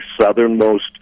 southernmost